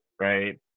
right